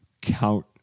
count